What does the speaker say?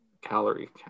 Calorie